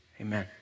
amen